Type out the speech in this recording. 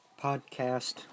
podcast